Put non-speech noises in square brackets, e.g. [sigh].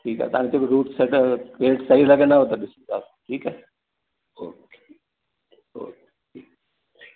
ठीकु आहे तव्हांखे हूअ छा अथव [unintelligible] ठीकु आहे ओके